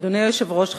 אדוני היושב-ראש,